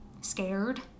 Scared